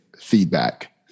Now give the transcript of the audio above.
feedback